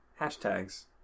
hashtags